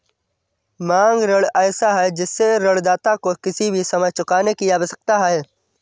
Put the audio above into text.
मांग ऋण ऐसा है जिससे ऋणदाता को किसी भी समय चुकाने की आवश्यकता है